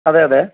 അതെ അതെ